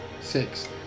Six